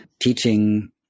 teaching